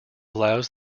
allows